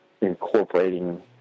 incorporating